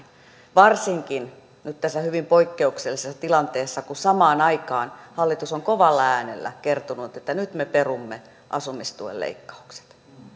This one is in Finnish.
varsinkin nyt tässä hyvin poikkeuksellisessa tilanteessa kun samaan aikaan hallitus on kovalla äänellä kertonut että nyt me perumme asumistuen leikkaukset